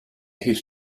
his